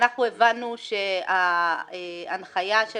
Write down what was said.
הבנו שההנחיה של